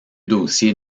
dossiers